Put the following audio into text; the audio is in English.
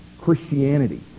Christianity